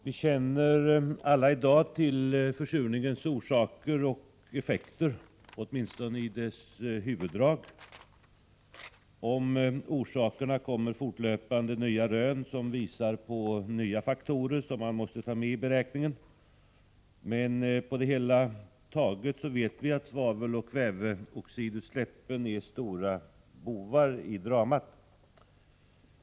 Herr talman! I dag känner vi alla till försurningens orsaker och effekter, åtminstone i deras huvuddrag. Om orsakerna kommer fortlöpande nya rön, som visar på nya faktorer som måste tas med i beräkningen. Men på det hela taget vet vi att svaveloch kväveoxidutsläppen är stora bovar i dramat.